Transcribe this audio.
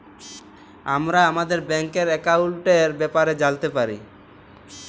আমরা আমাদের ব্যাংকের একাউলটের ব্যাপারে জালতে পারি